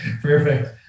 Perfect